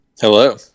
Hello